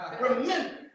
Remember